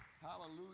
Hallelujah